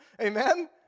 Amen